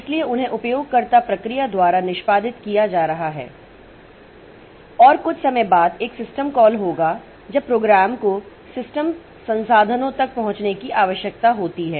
इसलिए उन्हें उपयोगकर्ता प्रक्रिया द्वारा निष्पादित किया जा रहा है और कुछ समय बाद एक सिस्टम कॉल होगा जब प्रोग्राम को सिस्टम संसाधनों तक पहुंचने की आवश्यकता होती है